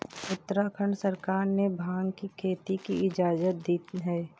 उत्तराखंड सरकार ने भाँग की खेती की इजाजत दी है